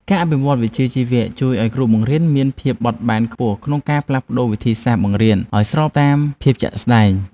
ការអភិវឌ្ឍវិជ្ជាជីវៈជួយឱ្យគ្រូបង្រៀនមានភាពបត់បែនខ្ពស់ក្នុងការផ្លាស់ប្តូរវិធីសាស្ត្របង្រៀនឱ្យស្របតាមស្ថានភាពជាក់ស្តែង។